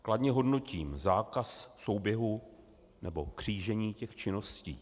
Kladně hodnotím zákaz souběhu nebo křížení těch činností.